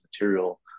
material